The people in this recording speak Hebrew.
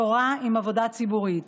תורה עם עבודה ציבורית.